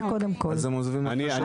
אני רוצה לענות.